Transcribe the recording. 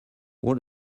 what